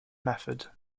method